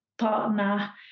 partner